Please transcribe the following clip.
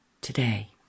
today